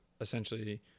essentially